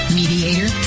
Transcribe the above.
mediator